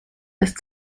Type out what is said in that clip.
ist